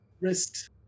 wrist